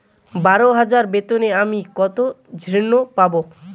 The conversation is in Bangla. বারো হাজার বেতনে আমি কত ঋন পাব?